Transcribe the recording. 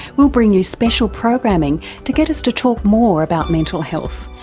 we'll bring you special programming to get us to talk more about mental health,